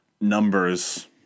numbers